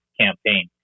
campaign